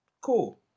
Cool